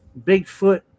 Bigfoot